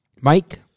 Mike